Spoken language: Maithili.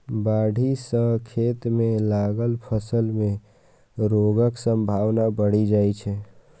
बाढ़ि सं खेत मे लागल फसल मे रोगक संभावना बढ़ि जाइ छै